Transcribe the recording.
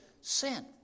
sin